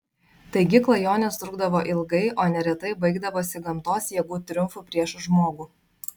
taigi klajonės trukdavo ilgai o neretai baigdavosi gamtos jėgų triumfu prieš žmogų